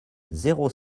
zéro